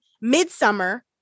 midsummer